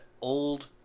old